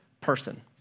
person